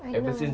I know